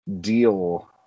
deal